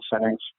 settings